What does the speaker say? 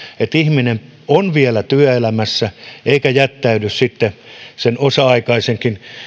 että ihminen on vielä työelämässä eikä jättäydy pois sen osa aikaisen